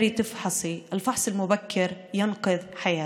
(חוזרת על המשפט בערבית.)